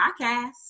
podcast